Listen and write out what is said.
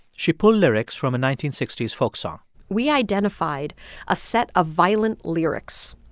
she pulled lyrics from a nineteen sixty s folk song we identified a set of violent lyrics.